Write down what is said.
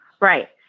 right